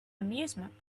amusement